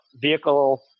vehicle